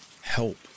help